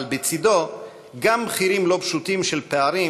אבל בצדו גם מחירים לא פשוטים של פערים